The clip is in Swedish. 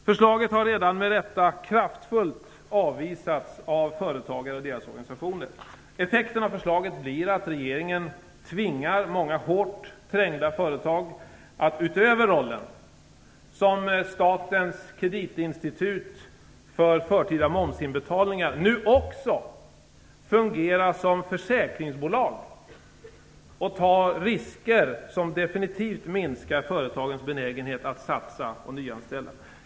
Förslaget har redan med rätta kraftfullt avvisats av företagare och deras organisationer. Effekten av förslaget blir att regeringen tvingar många hårt trängda företag att utöver rollen som statens kreditinstitut för förtida momsinbetalningar nu också fungera som försäkringsbolag och ta risker som definitivt minskar företagens benägenhet att satsa och nyanställa.